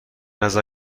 نظر